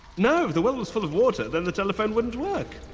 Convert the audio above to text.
no, if the well was full of water then the telephone wouldn't work!